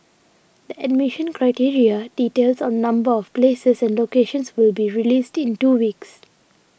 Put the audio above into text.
the admission criteria details on number of places and locations will be released in two weeks